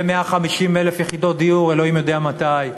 ו-150,000 יחידות דיור, אלוהים יודע מתי,